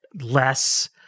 less